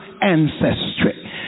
ancestry